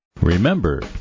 Remember